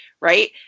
right